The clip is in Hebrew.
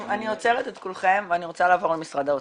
עוצרת את כולכם ואני רוצה לעבור למשרד האוצר.